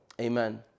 Amen